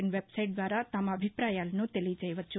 in website ద్వారా తమ అభిప్రాయాలను తెలియచేయవచ్చు